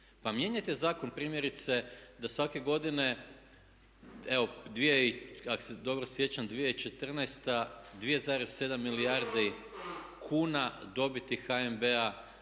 Pa mijenjajte zakon primjerice da svake godine, evo ako se dobro sjećam 2014. 2,7 milijardi kuna dobiti HNB-a,